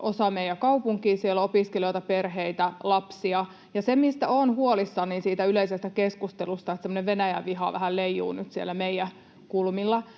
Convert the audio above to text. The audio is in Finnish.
osa meidän kaupunkiamme. Siellä on opiskelijoita, perheitä ja lapsia, ja se, mistä olen huolissani yleisessä keskustelussa, on se, että semmoinen Venäjä-viha vähän leijuu nyt siellä meidän kulmillamme.